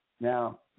Now